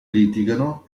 litigano